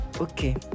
okay